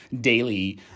daily